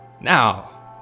Now